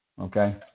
okay